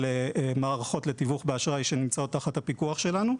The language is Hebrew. מערכות לתיווך באשראי שנמצאות תחת הפיקוח שלנו.